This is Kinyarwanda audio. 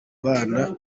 bana